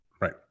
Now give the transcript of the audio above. right